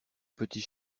petit